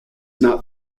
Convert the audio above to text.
not